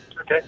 Okay